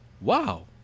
Wow